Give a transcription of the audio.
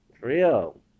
real